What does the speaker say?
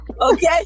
Okay